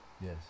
Yes